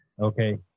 okay